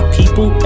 people